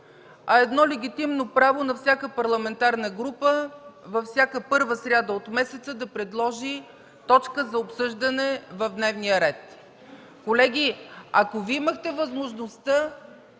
а легитимно право на всяка парламентарна група всяка първа сряда от месеца да предложи точка за обсъждане в дневния ред? Колеги, ако Вие имахте възможността,